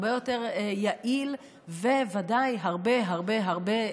הרבה יותר יעיל וודאי הרבה הרבה הרבה,